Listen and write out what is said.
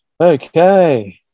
Okay